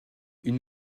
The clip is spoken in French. une